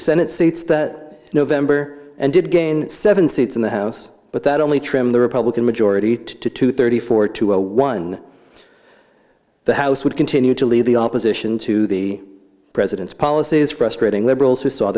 senate seats that november and did gain seven seats in the house but that only trimmed the republican majority to two to thirty four to one the house would continue to lead the opposition to the president's policies frustrating liberals who saw